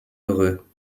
heureux